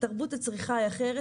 תרבות הצריכה היא אחרת.